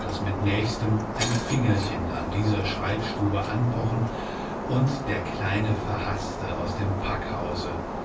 daß mit nächstem ein fingerchen an dieser schreibstube anpochen und der kleine verhaßte aus dem packhause